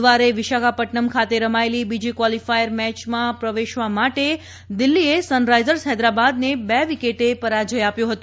બુધવારે વિશાખાપદ્દનમ ખાતે રમાયેલી બીજી ક્વોલિફાયર મેચમાં પ્રવેશવા માટે દિલ્ફીએ સનરાઇઝર્સ ફૈદરાબાદને બે વિકેટે પરાજય આપ્યો હતો